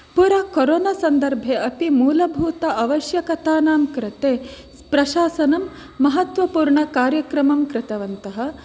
पूरा कोरोना सन्दर्भे अति मूलभूत आवश्यकतानां कृते प्रशासनं महत्वपूर्णकार्यक्रमं कृतवन्तः